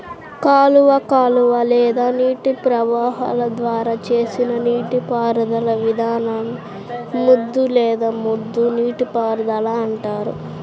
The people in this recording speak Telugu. కాలువ కాలువ లేదా నీటి ప్రవాహాల ద్వారా చేసిన నీటిపారుదల విధానాన్ని ముద్దు లేదా ముద్ద నీటిపారుదల అంటారు